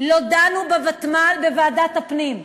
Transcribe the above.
לא דנו בוותמ"ל בוועדת הפנים.